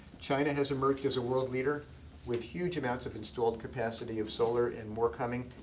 china has emerged as a world leader with huge amounts of installed capacity of solar, and more coming.